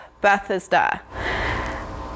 Bethesda